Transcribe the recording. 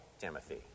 Timothy